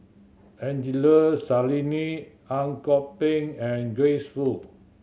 Angelo Sanelli Ang Kok Peng and Grace Fu